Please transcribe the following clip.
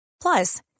Plus